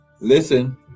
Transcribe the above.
listen